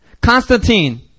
Constantine